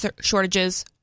shortages